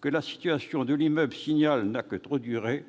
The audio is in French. que la situation de l'immeuble Le Signal n'a que trop durer,